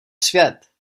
svět